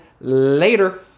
later